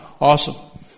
awesome